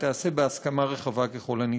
היא תיעשה בהסכמה רחבה ככל הניתן.